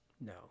No